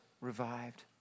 revived